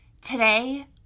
today